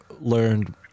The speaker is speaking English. learned